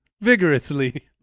vigorously